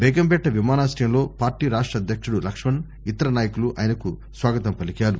బేగంపేట విమానాశ్రయంలో పార్టీ రాష్ట అధ్యకుడు లక్మణ్ ఇతర నాయకులు ఆయనకు స్వాగతం పలికారు